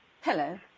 Hello